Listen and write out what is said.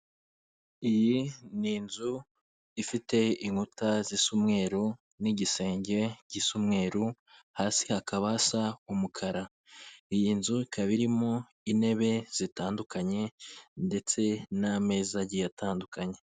Iyi ni inzu ifite inkuta zisa umweru n'igisenge gisa umweru hasi hakaba hasa umukara, iyi nzu ikaba irimo intebe zitandukanye ndetse n'ameza agiye atandukanye.